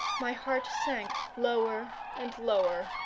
my heart sank lower and lower,